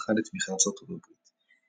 שזכה לתמיכת ארצות הברית.